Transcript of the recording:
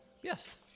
Yes